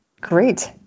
Great